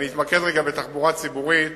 אני אתמקד בתחבורה ציבורית